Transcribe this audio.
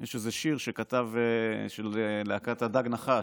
יש איזה שיר של להקת הדג נחש,